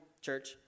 church